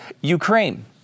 Ukraine